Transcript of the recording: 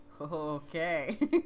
Okay